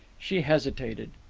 she hesitated.